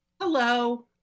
hello